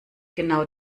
genau